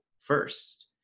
first